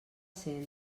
ser